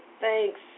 thanks